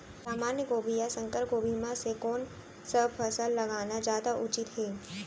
सामान्य गोभी या संकर गोभी म से कोन स फसल लगाना जादा उचित हे?